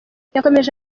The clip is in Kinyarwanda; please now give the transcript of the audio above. yakomeje